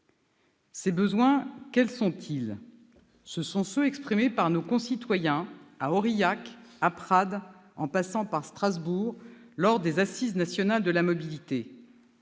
ces besoins, quels sont-ils ? Ce sont ceux qui sont exprimés par nos concitoyens, à Aurillac, à Prades, en passant par Strasbourg, lors des Assises nationales de la mobilité.